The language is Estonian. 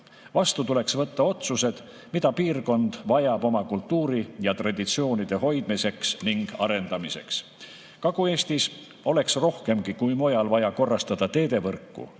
Vastu tuleks võtta otsused, mida piirkond vajab oma kultuuri ja traditsioonide hoidmiseks ning arendamiseks. Kagu-Eestis oleks rohkemgi kui mujal vaja korrastada teedevõrku.